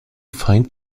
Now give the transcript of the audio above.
find